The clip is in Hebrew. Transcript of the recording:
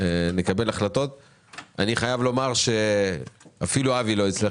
אני חייב לומר שאפילו אבי לא הצליח